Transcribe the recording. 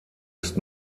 ist